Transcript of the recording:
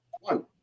one